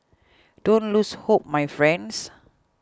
don't lose hope my friends